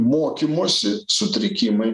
mokymosi sutrikimai